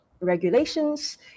regulations